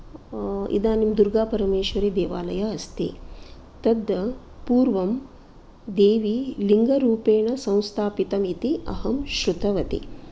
इदानिं दूर्गापरमेश्वरीदेवालयः अस्ति तद् पूर्वं देवी लिङ्गरूपेण संस्थापितम् इति अहं श्रृतवती